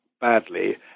badly